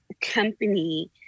company